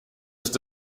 ist